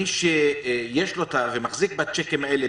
מי שמחזיק בצ'קים האלה,